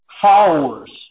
followers